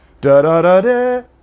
Da-da-da-da